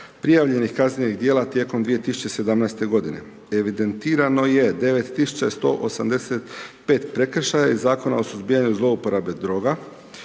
prijavljenih kaznenih djela tijekom 2017. godine. Evidentirano je 9 tisuća 185 prekršaja i Zakona o suzbijanju zlouporabe droga.